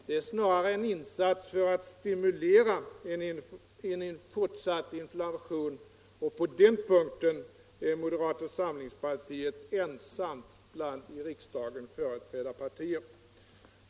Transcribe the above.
Det är snarare en insats för att stimulera fortsatt inflation, och på den punkten är moderata samlingspartiet ensamt bland i riksdagen företrädda partier.